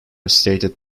stated